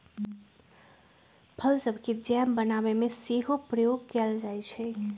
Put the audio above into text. फल सभके जैम बनाबे में सेहो प्रयोग कएल जाइ छइ